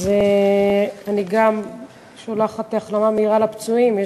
אז אני גם שולחת החלמה מהירה לפצועים.